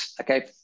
Okay